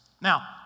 Now